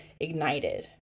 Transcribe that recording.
ignited